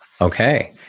Okay